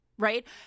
Right